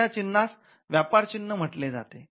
अश्या चिन्हास व्यापार चिन्ह म्हटले जाते